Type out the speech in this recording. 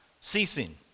ceasing